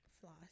floss